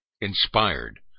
inspired